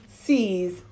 sees